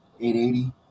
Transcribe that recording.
880